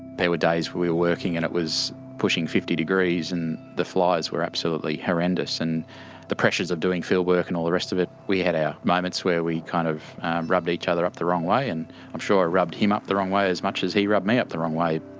there were days we were working and it was pushing fifty degrees and the flies were absolutely horrendous and the pressures of doing field work and all the rest of it, we had our moments where we kind of rubbed each other up the wrong way and i'm sure i rubbed him up the wrong way as much as he rubbed me up the wrong way.